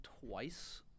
twice